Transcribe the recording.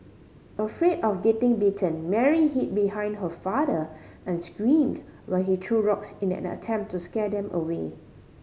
afraid of getting bitten Mary hid behind her father and screamed while he threw rocks in an attempt to scare them away